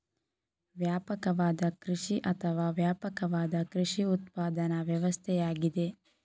ವ್ಯಾಪಕವಾದ ಕೃಷಿ ಅಥವಾ ವ್ಯಾಪಕವಾದ ಕೃಷಿ ಉತ್ಪಾದನಾ ವ್ಯವಸ್ಥೆಯಾಗಿದೆ